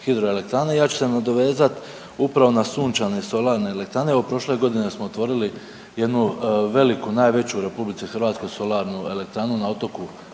ja ću se nadovezat upravo na sunčane solarne elektrane. Evo prošle godine smo otvorili jednu veliku, najveću u RH solarnu elektranu na otoku Visu,